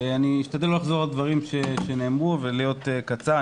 אני אשתדל לא לחזור על דברים שנאמרו ולהיות קצר.